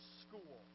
school